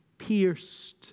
pierced